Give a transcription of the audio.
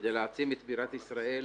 כדי להעצים את בירת ישראל,